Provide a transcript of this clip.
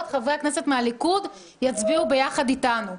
חברי הכנסת מהליכוד יצביעו יחד איתנו.